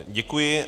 Děkuji.